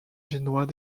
génois